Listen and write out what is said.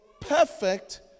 perfect